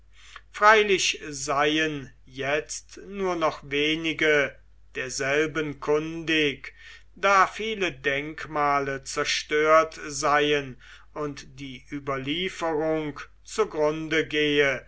freilich seien jetzt nur noch wenige derselben kundig da viele denkmale zerstört seien und die überlieferung zugrunde gehe